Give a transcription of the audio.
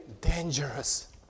dangerous